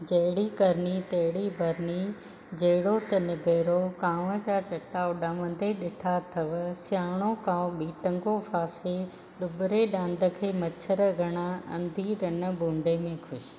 जहिड़ी करिणी तहिड़ी भरणी जहिड़ो तनु गेरो कांव जा टटा उडामंदे त ॾिठा अथव सियाणो कांउ बि टंगो फासे डुबरे ॾांद खे मच्छर घणा अंधी तन भूंडे में ख़ुशि